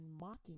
mocking